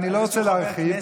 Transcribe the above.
אני לא רוצה להרחיב,